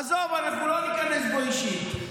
עזוב, אנחנו לא ניכנס בו אישית.